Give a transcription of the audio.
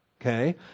Okay